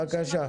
בבקשה.